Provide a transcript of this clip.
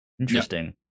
Interesting